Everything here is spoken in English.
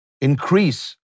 increase